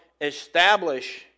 establish